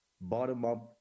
bottom-up